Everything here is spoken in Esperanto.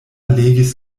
legis